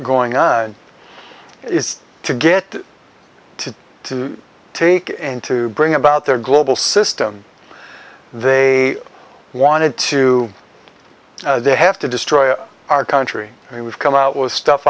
going on is to get to to take and to bring about their global system they wanted to they have to destroy our country and we've come out with stuff